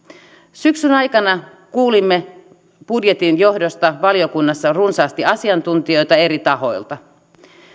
syksyn aikana kuulimme budjetin johdosta valiokunnassa runsaasti asiantuntijoita eri tahoilta